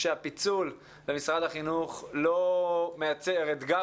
שהפיצול במשרד החינוך לא מייצר אתגר